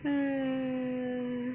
hmm